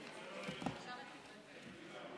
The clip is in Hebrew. תודה רבה.